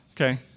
Okay